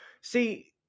See